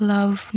Love